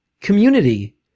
community